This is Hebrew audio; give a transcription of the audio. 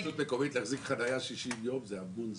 לרשות מקומית להחזיק רכב בחניה במשך 60 ימים זה המון זמן.